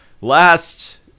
last